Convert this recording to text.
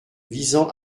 visant